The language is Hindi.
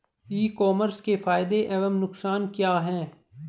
ई कॉमर्स के फायदे एवं नुकसान क्या हैं?